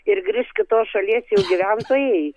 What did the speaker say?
ir grįš kitos šalies jau gyventojai